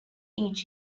each